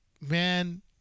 man